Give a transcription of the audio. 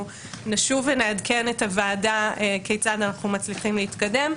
נשוב ונעדכן את הוועדה כיצד אנחנו מצליחים להתקדם.